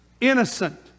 innocent